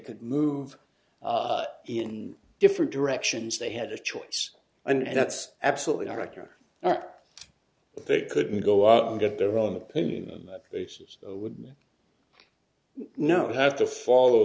could move in different directions they had a choice and that's absolutely correct or not they could go out and get their own opinion on that basis would know have to follow